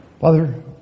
Father